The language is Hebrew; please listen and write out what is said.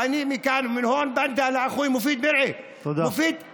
ומכאן אני קורא לאחי מופיד מרעי: מופיד,